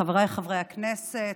חבריי חברי הכנסת,